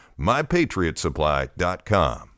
MyPatriotSupply.com